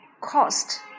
Cost